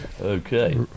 Okay